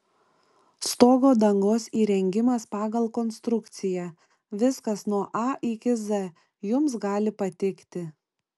stogo dangos įrengimas pagal konstrukciją viskas nuo a iki z jums gali patikti